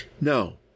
No